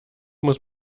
muss